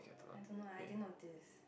I don't know I didn't notice